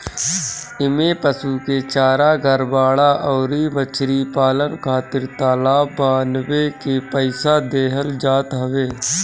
इमें पशु के चारा, घर, बाड़ा अउरी मछरी पालन खातिर तालाब बानवे के पईसा देहल जात हवे